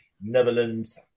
Netherlands